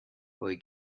boy